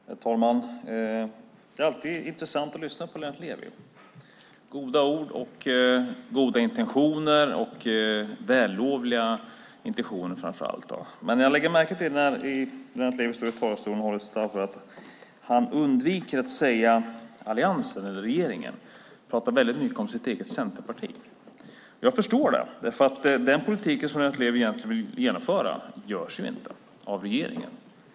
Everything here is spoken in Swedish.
Herr talman! Det är alltid intressant att lyssna på Lennart Levi. Det är goda ord, goda intentioner och vällovliga intentioner framför allt. Men det jag lägger märke till när Lennart Levi står i talarstolen och håller sitt anförande är att han undviker att säga Alliansen eller regeringen. Han pratar mycket om sitt eget centerparti. Jag förstår det. Den politik som Lennart Levi egentligen vill genomföra förs inte av regeringen.